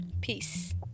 Peace